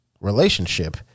relationship